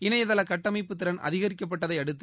இணையதள கட்டமைப்புத் திறன் அதிகரிக்கப்பட்டதை அடுத்து